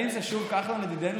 האם זה שוב כחלון ידידנו,